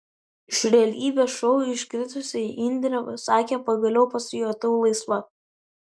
iš realybės šou iškritusi indrė sakė pagaliau pasijautusi laisva